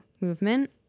movement